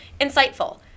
Insightful